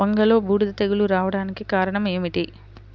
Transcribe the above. వంగలో బూడిద తెగులు రావడానికి కారణం ఏమిటి?